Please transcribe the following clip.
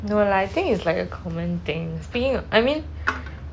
no lah I think it's like a common thing speaking I mean